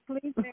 please